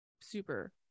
super